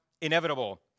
inevitable